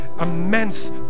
immense